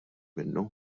minnu